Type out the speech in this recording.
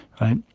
Right